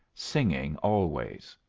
singing always.